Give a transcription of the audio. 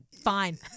fine